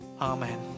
Amen